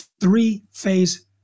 three-phase